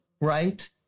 right